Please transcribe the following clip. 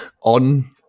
on